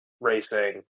racing